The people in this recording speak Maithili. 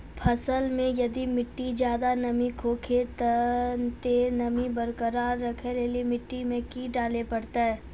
फसल मे यदि मिट्टी ज्यादा नमी सोखे छै ते नमी बरकरार रखे लेली मिट्टी मे की डाले परतै?